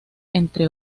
entre